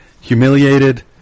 humiliated